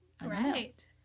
Right